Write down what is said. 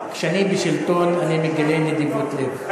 כשאני בשלטון אני מגלה נדיבות לב.